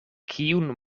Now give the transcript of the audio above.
kiun